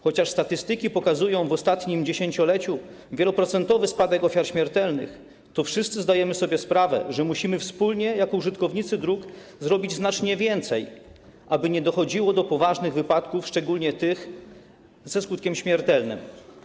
Chociaż statystyki pokazują w ostatnim 10-leciu wieloprocentowy spadek ofiar śmiertelnych, to wszyscy zdajemy sobie sprawę, że musimy wspólnie jako użytkownicy dróg zrobić znacznie więcej, aby nie dochodziło do poważnych wypadków, szczególnie tych ze skutkiem śmiertelnym.